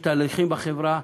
יש תהליכים בחברה,